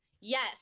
Yes